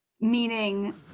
meaning